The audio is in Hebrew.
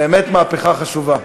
באמת מהפכה חשובה.